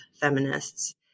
feminists